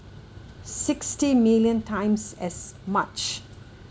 sixty million times as much